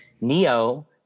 Neo